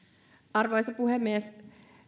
arvoisa puhemies